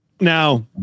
Now